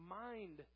mind